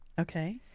Okay